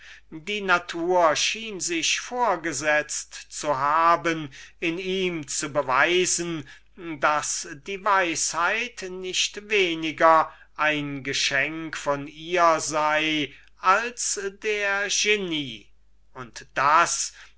die natur schien sich vorgesetzt zu haben durch ihn zu beweisen daß die weisheit nicht weniger ein geschenke von ihr sei als der genie und daß